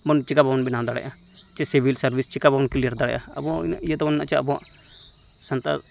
ᱪᱮᱠᱟ ᱵᱟᱝᱵᱚᱱ ᱵᱮᱱᱟᱣ ᱫᱟᱲᱮᱭᱟᱜᱼᱟ ᱪᱮ ᱥᱤᱵᱤᱞ ᱥᱟᱨᱵᱷᱤᱥ ᱪᱮᱠᱟ ᱵᱟᱝᱵᱚᱱ ᱠᱞᱤᱭᱟᱨ ᱫᱟᱲᱮᱭᱟᱜᱼᱟ ᱟᱵᱚ ᱦᱚᱸ ᱩᱱᱟᱹᱜ ᱤᱭᱟᱹ ᱛᱮᱵᱚᱱ ᱪᱮ ᱟᱵᱚᱣᱟᱜ ᱥᱟᱱᱛᱟᱲ